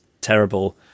terrible